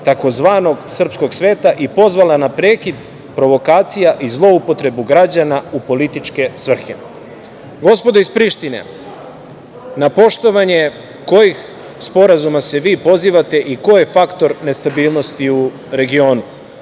tzv. srpskog sveta, i pozvala na prekid provokacija i zloupotrebu građana u političke svrhe. Gospodo iz Prištine, na poštovanje kojih sporazuma se vi pozivate i ko je faktor nestabilnosti u regionu? Vi